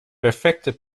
perfecte